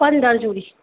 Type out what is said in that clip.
પંદર જોડી